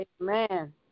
amen